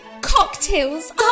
Cocktails